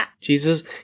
Jesus